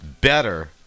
better